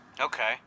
Okay